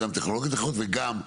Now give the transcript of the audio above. גם טכנולוגיות אחרות וגם בנייה,